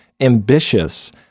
ambitious